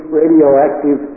radioactive